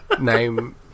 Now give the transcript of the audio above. name